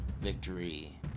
victory